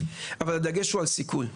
אבל הדגש הוא על סיכון.